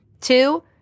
Two